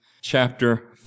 chapter